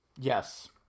Yes